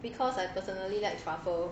because I personally like truffle